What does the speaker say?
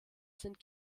sind